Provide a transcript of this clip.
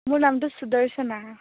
মোৰ নামটো সুদৰ্শনা